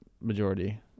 majority